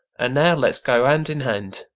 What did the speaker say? and now let's go hand in hand,